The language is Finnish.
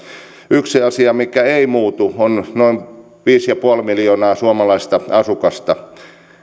yksi asia mikä ei muutu on noin viisi pilkku viisi miljoonaa suomalaista asukasta